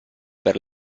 per